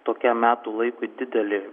tokiam metų laikui didelė